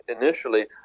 initially